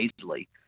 easily